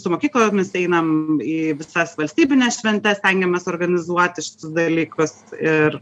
su mokyklomis einam į visas valstybines šventes stengiamės suorganizuoti šitus dalykus ir